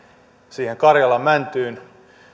siihen karjalan mäntyyn